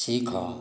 ଶିଖ